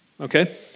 Okay